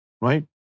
right